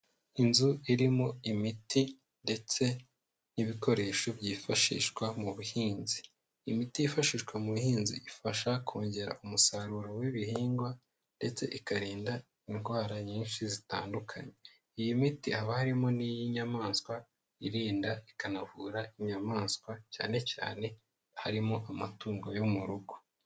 Inzu irimo imiti ndetse n'ibikoresho byifashishwa mu buhinzi, imiti yifashishwa mu buhinzi ifasha kongera umusaruro w'ibihingwa ndetse ikarinda indwara nyinshi zitandukanye, iyi miti haba harimo n'iy'inyamaswa irinda ikanavura inyamaswa, cyane cyane harimo amatungo yo mu rugo.